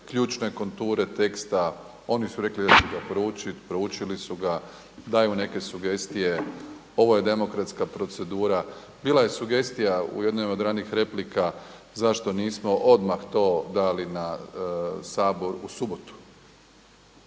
ključne konture teksta. Oni su rekli da će ga proučiti, proučili su ga. Dajmo neke sugestije, ovo je demokratska procedura. Bila je sugestija u jednoj od ranijih replika zašto nismo odmah to dali na Sabor u subotu.